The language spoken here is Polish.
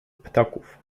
ptaków